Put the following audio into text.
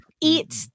Eat